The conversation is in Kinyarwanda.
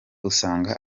usanga